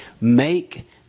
make